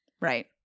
Right